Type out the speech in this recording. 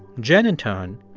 jen, in turn,